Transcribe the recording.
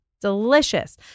delicious